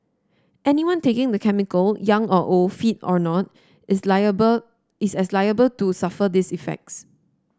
anyone taking the chemical young or old fit or not is liable is as liable to suffer these effects